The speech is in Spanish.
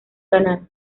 canal